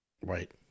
Right